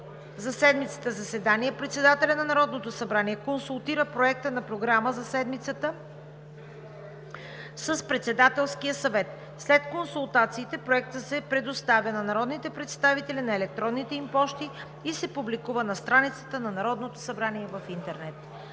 за седмицата заседание председателят на Народното събрание консултира проекта на програма за седмицата с Председателския съвет. След консултациите проектът се предоставя на народните представители на електронните им пощи и се публикува на страницата на Народното събрание в интернет.“